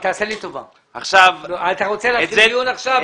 תעשה לי טובה, אתה רוצה לקיים דיון עכשיו?